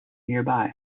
nearby